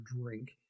drink